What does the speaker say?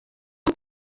ihr